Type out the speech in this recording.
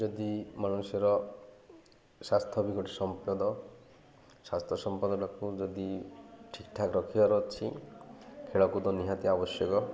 ଯଦି ମନୁଷ୍ୟର ସ୍ୱାସ୍ଥ୍ୟ ବିି ଗୋଟେ ସମ୍ପଦ ସ୍ୱାସ୍ଥ୍ୟ ସମ୍ପଦଟାକୁ ଯଦି ଠିକ୍ ଠାକ୍ ରଖିବାର ଅଛି ଖେଳକୁଦ ନିହାତି ଆବଶ୍ୟକ